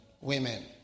women